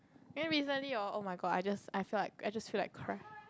then recently or oh-my-god I just I feel I just feel like cry